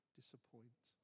disappoint